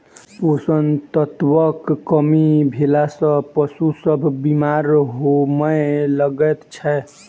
पोषण तत्वक कमी भेला सॅ पशु सभ बीमार होमय लागैत छै